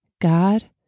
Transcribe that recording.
God